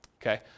okay